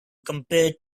compared